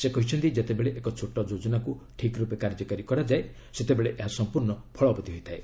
ସେ କହିଛନ୍ତି ଯେତେବେଳେ ଏକ ଛୋଟ ଯୋଚ୍ଚନାକୁ ଠିକ୍ ରୂପେ କାର୍ଯ୍ୟକାରୀ କରାଯାଏ ସେତେବେଳେ ଏହା ସମ୍ପୂର୍ଣ୍ଣ ଫଳବତୀ ହୁଏ